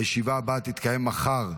הישיבה הבאה תתקיים מחר,